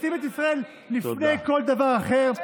תשים את ישראל לפני כל דבר אחר.